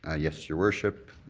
ah yes, your worship.